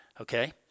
Okay